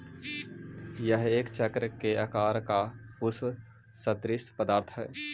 यह एक चक्र के आकार का पुष्प सदृश्य पदार्थ हई